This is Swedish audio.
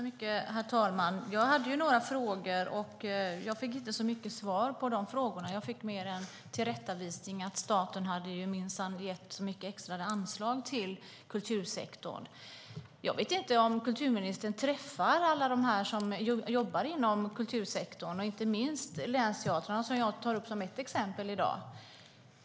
Herr talman! Jag hade några frågor, och jag fick inte så mycket svar på dem. Jag fick mer en tillrättavisning om att staten minsann hade gett mycket extra anslag till kultursektorn. Jag vet inte om kulturministern träffar alla dem som jobbar inom kultursektorn och inte minst på länsteatrarna, som jag tar upp som ett exempel i dag.